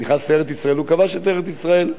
נכנס לארץ-ישראל,